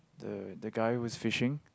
the the guy was fishing